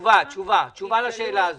תשובה לשאלה הזאת.